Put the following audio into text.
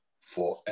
forever